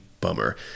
bummer